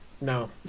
No